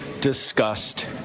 discussed